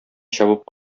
чабып